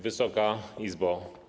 Wysoka Izbo!